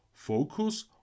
Focus